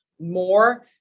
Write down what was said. more